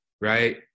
right